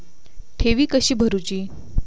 ठेवी कशी भरूची?